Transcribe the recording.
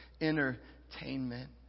entertainment